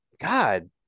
God